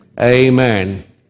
Amen